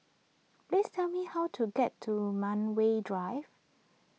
please tell me how to get to Medway Drive